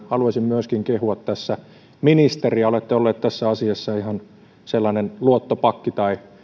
haluaisin myöskin kehua tässä ministeriä olette ollut tässä asiassa ihan sellainen luottopakki tai